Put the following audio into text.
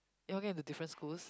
you all get into different schools